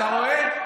אתה רואה?